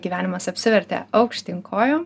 gyvenimas apsivertė aukštyn kojom